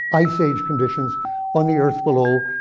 ice age conditions on the earth below,